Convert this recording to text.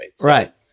right